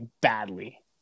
badly